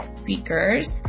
speakers